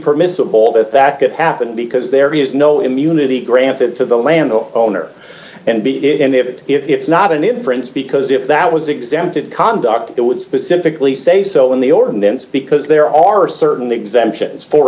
permissible that that could happen because there is no d immunity granted to the land o owner and be it and they have it if it's not an inference because if that was exempted conduct it would specifically say so in the ordinance because there are certain exemptions for